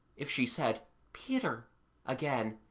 if she said peter again,